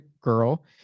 girl